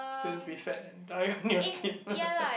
don't be fat and die in your sleep